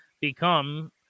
become